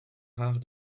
rare